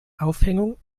aufhängung